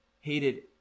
hated